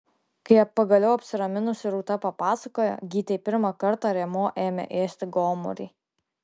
kai pagaliau apsiraminusi rūta papasakojo gytei pirmą kartą rėmuo ima ėsti gomurį